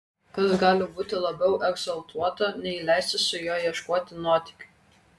kas gali būti labiau egzaltuoto nei leistis su juo ieškoti nuotykių